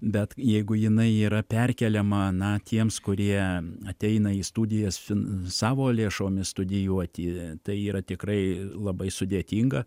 bet jeigu jinai yra perkeliama na tiems kurie ateina į studijas fin savo lėšomis studijuoti tai yra tikrai labai sudėtinga